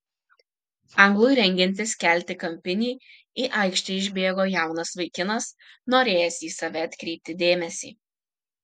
anglui rengiantis kelti kampinį į aikštę išbėgo jaunas vaikinas norėjęs į save atkreipti dėmesį